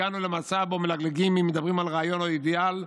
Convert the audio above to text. הגענו למצב שבו מלגלגים אם מדברים על רעיון או אידיאל.